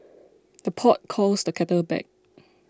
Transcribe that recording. the pot calls the kettle black